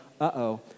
uh-oh